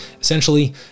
Essentially